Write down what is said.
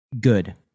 good